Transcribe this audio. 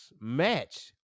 match